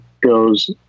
goes